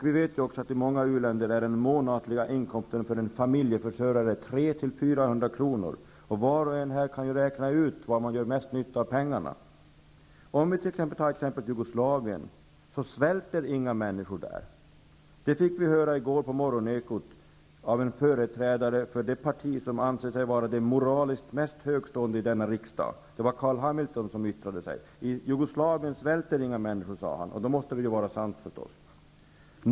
Vi vet också att i många u-länder är den månatliga inkomsten för en familjeförsörjare 300--400 kr. i månaden. Var och en kan ju räkna ut var pengarna gör mest nytta. I t.ex. Jugoslavien svälter inga människor. Det fick vi höra på morgonen i Ekot av en företrädare för det parti som anser sig vara det moraliskt mest högtstående i denna riksdag -- det var Carl B. Hamilton som yttrade sig, och då måste det ju vara sant.